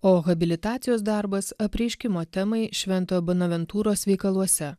o habilitacijos darbas apreiškimo temai švento bonaventūros veikaluose